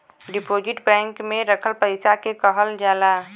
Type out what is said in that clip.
deposit bank में रखल पइसा के कहल जाला